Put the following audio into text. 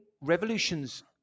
revolutions